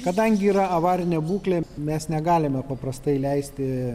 kadangi yra avarinė būklė mes negalime paprastai leisti